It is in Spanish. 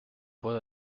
puedo